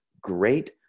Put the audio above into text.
great